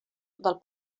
del